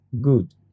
Good